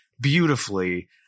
beautifully